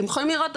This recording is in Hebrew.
אתם יכולים לראות,